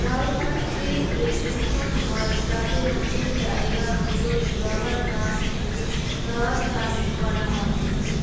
rubber tree plantation হয় যাতে অনেক জায়গার উপরে রাবার গাছ থেকে রাবার চাষ করা হয়